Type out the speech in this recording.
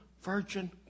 virgin